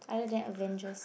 other than Avengers